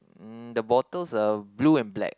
mm the bottles are blue and black